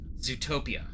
Zootopia